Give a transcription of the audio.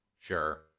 Sure